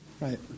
Right